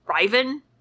Riven